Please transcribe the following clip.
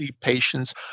patients